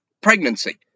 pregnancy